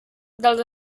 dels